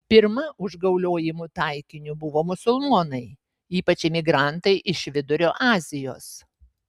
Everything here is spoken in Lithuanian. pirma užgauliojimų taikiniu buvo musulmonai ypač imigrantai iš vidurio azijos